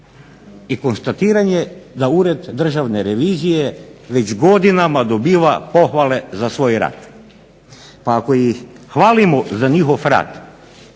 i konstatiranje da Ured državne revizije već godinama dobiva pohvale za svoj rad. Pa ako ih hvalimo za njihov rad